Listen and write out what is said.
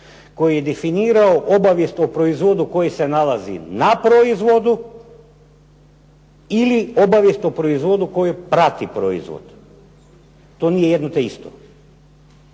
koji je definirao obavijest o proizvodu koji se nalazi na proizvodu ili obavijest o proizvodu koji prati proizvod. To nije jedno te isto.